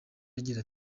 agira